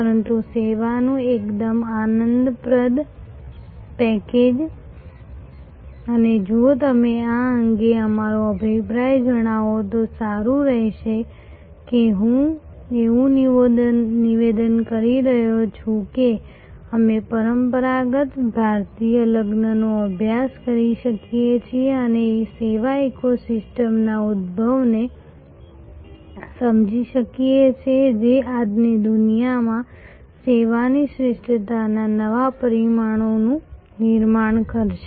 પરંતુ સેવાનું એકદમ આનંદપ્રદ પેકેજ અને જો તમે આ અંગે તમારો અભિપ્રાય જણાવો તો સારું રહેશે કે હું એવું નિવેદન કરી રહ્યો છું કે અમે પરંપરાગત ભારતીય લગ્નનો અભ્યાસ કરી શકીએ છીએ અને સેવા ઇકો સિસ્ટમના ઉદભવને સમજી શકીએ છીએ જે આજની દુનિયામાં સેવાની શ્રેષ્ઠતાના નવા પરિમાણોનું નિર્માણ કરશે